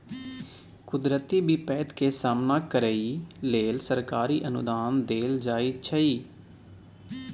कुदरती बिपैत के सामना करइ लेल सरकारी अनुदान देल जाइ छइ